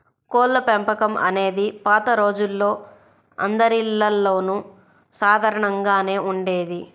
కోళ్ళపెంపకం అనేది పాత రోజుల్లో అందరిల్లల్లోనూ సాధారణంగానే ఉండేది